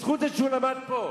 בזכות זה שהוא למד פה.